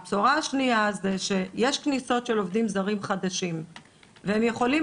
הבשורה השנייה היא שיש כניסות של עובדים זרים חדשים והם יכולים